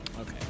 Okay